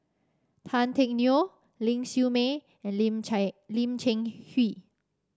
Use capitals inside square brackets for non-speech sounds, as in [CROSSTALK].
Tan Teck Neo Ling Siew May and Lim [UNINTELLIGIBLE] Lim Cheng Hoe